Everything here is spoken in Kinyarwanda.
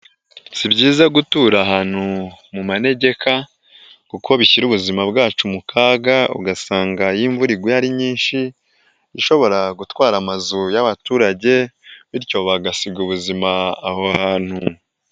Si byiza gutura ahantu mu manegeka kuko bishyira ubuzima bwacu mu kaga ugasanga iyo imvura iguye ari nyinshi ishobora gutwara amazu y'abaturage bityo bagasiga ubuzima aho hantu.